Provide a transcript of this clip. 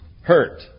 hurt